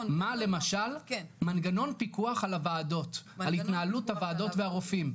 למשל מנגנון פיקוח על התנהלות הועדות והרופאים,